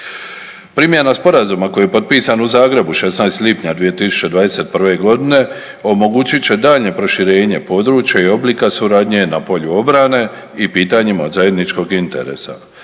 Primjena Sporazuma koji je potpisan u Zagrebu 16 lipnja 2021. g. omogućit će daljnje proširenje područja i oblika suradnje na polju obrane i pitanjima od zajedničkog interesa.